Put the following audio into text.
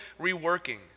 reworking